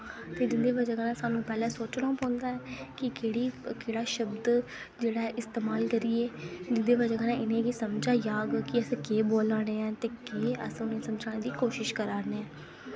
ते जिं'दी ब'जाकन्नै सानूं पैह्लें सोचना पौंदा ऐ कि केह्ड़ा शब्द जेह्ड़ा ऐ इस्तेमाल करिये जेह्दी ब'जा कन्नै इ'नें गी समझ आई जाह्ग कि अस केह् बोला ने ऐं ते केह् अस उ'नें गी समझाने दी कोशश करा ने आं